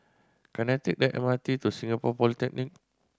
can I take the M R T to Singapore Polytechnic